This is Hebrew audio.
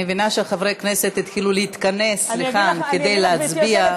אני מבינה שחברי הכנסת התחילו להתכנס כדי להצביע.